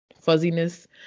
fuzziness